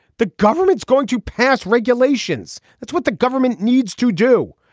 the government's going to pass regulations. that's what the government needs to do.